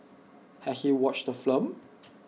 has he watched the film